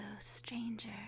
stranger